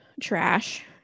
trash